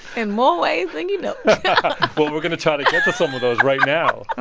in more ways than you know well, we're going to try to get to some of those right now